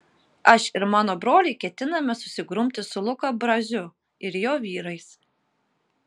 aš ir mano broliai ketiname susigrumti su luka braziu ir jo vyrais